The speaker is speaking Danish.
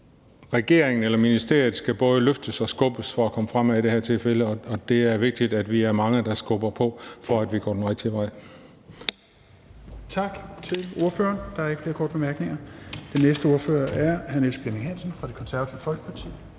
Regeringen og ministeriet skal i det her tilfælde både løftes og skubbes for at komme fremad, og det er vigtigt, at vi er mange, der skubber på for, at vi går den rigtige vej.